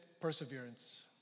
perseverance